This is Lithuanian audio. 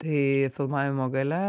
tai filmavimo gale